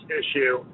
issue